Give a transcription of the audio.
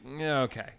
okay